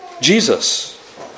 Jesus